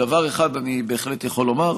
דבר אחד אני בהחלט יכול לומר: